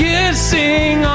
Kissing